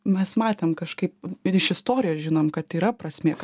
mes matėm kažkaip ir iš istorijos žinom kad yra prasmė